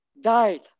died